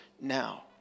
now